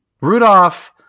Rudolph –